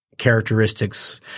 characteristics –